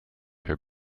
her